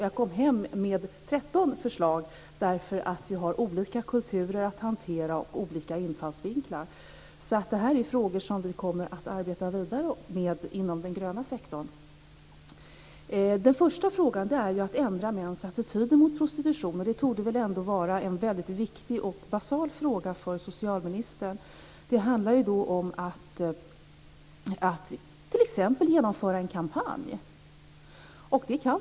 Jag kom hem med 13 förslag, eftersom vi har olika kulturer att hantera och infallsvinklar. Det är frågor som vi kommer att arbeta vidare med inom den gröna sektorn. Den första frågan är att ändra mäns attityder till prostitution. Det torde ändå vara en väldigt viktig och basal fråga för socialministern. Det handlar om att t.ex. genomföra en kampanj.